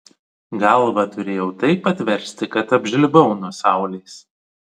galvą turėjau taip atversti kad apžlibau nuo saulės